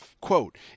Quote